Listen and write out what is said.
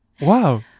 Wow